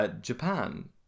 Japan